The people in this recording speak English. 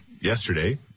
Yesterday